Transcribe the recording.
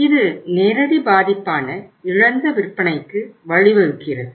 இது நேரடி பாதிப்பான இழந்த விற்பனைக்கு வழிவகுக்கிறது